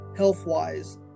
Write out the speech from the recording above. health-wise